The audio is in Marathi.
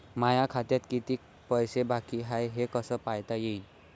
माया खात्यात कितीक पैसे बाकी हाय हे कस पायता येईन?